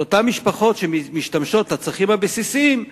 שאותן משפחות שמשתמשות לצרכים הבסיסיים,